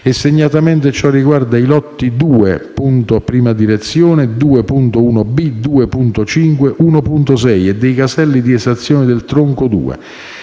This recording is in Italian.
segnatamente, ciò riguarda i lotti 2.1 dir, 2.1b, 2.5 e 1.6 e dei caselli di esazione del tronco 2